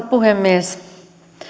puhemies